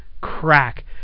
crack